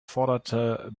forderte